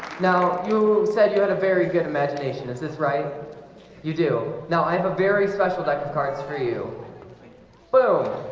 now you said you had a very good imagination is this right you do now i have a very special deck of cards for you boom